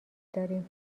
داریم